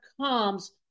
comes